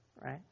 right